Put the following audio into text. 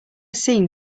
seen